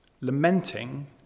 Lamenting